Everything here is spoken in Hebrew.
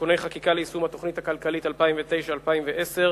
(תיקוני חקיקה ליישום התוכנית הכלכלית לשנים 2009 ו-2010),